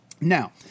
Now